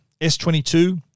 S22